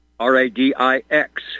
R-A-D-I-X